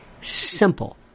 simple